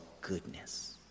goodness